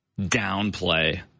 downplay